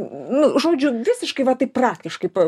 nu žodžiu visiškai va taip praktiškai pa